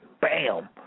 Bam